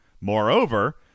moreover